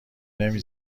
نمی